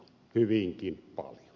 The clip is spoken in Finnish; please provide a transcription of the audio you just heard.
hyvinkin paljon